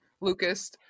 Lucas-